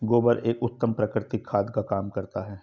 गोबर एक उत्तम प्राकृतिक खाद का काम करता है